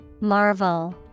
Marvel